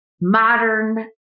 modern